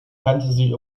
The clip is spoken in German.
fantasy